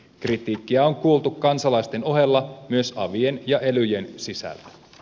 kritiikkiä on kuultu kansalaisten ohella myös avien ja elyjen sisällä